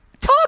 Talk